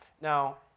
Now